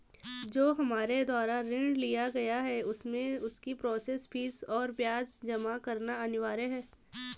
जो हमारे द्वारा ऋण लिया गया है उसमें उसकी प्रोसेस फीस और ब्याज जमा करना अनिवार्य है?